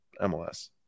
MLS